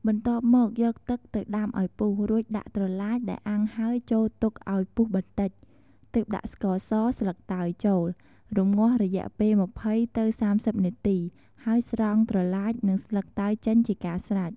បន្ទាប់មកយកទឹកទៅដាំឱ្យពុះ រួចដាក់ត្រឡាចដែលអាំងហើយចូលទុកឱ្យពុះបន្តិច ទើបដាក់ ស្ករស ស្លឹកតើយចូល រំងាស់រយៈពេល ២០ ទៅ ៣០នាទី ហើយស្រង់ត្រឡាច និងស្លឹកតើយចេញជាការស្រេច។